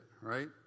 right